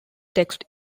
text